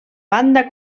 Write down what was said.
banda